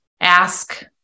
ask